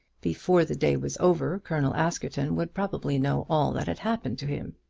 before the day was over colonel askerton would probably know all that had happened to him.